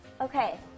Okay